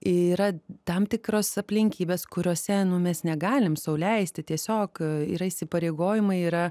yra tam tikros aplinkybės kuriose mes negalim sau leisti tiesiog yra įsipareigojimai yra